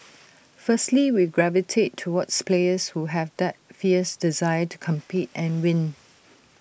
firstly we gravitate towards players who have that fierce desire to compete and win